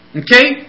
okay